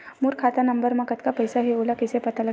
मोर खाता नंबर मा कतका पईसा हे ओला कइसे पता लगी?